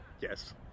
Yes